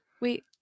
Wait